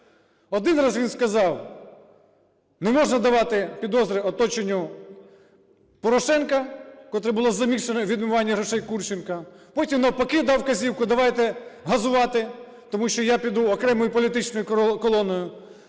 Один раз він сказав: "Не можна давати підозри оточенню Порошенка, котре було замішане у відмиванні грошей Курченка". Потім, навпаки, дав вказівку: "Давайте газувати, тому що я піду окремою політичною колоною".